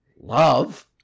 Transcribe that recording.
love